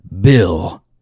Bill